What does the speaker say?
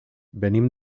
venim